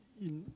Il